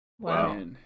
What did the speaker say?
Wow